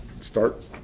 start